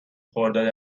خرداد